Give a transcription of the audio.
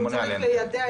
ממונה על הנושא.